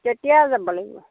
কেতিয়া যাব লাগিব